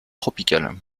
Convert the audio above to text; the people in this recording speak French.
tropicales